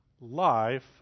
life